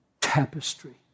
tapestry